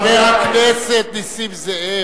חבר הכנסת נסים זאב,